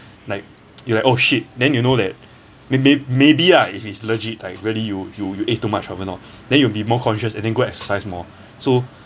like you like oh shit then you know that maybe maybe lah if it's legit like really you you you ate too much whatever not then you be more conscious and then go exercise more so